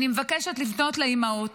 אני מבקשת לפנות לאימהות,